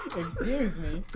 excuse me!